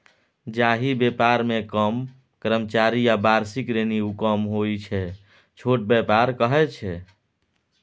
जाहि बेपार मे कम कर्मचारी आ बार्षिक रेवेन्यू कम होइ छै छोट बेपार कहय छै